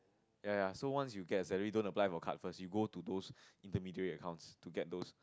ya ya ya so once you get your salary don't apply for card first you go to those intermediary accounts to get those